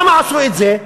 למה עשו את זה?